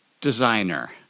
designer